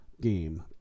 game